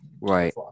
right